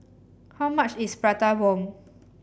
how much is Prata Bomb